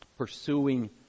pursuing